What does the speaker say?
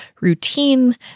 routine